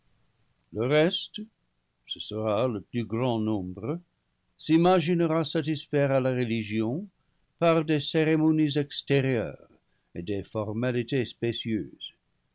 le reste ce sera le plus grand nombre s'imaginera satisfaire à la religion par des cérémonies extérieures et des formalités spécieuses